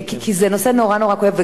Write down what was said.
זה נושא נורא נורא כואב.